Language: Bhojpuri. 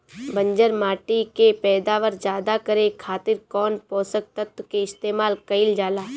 बंजर माटी के पैदावार ज्यादा करे खातिर कौन पोषक तत्व के इस्तेमाल कईल जाला?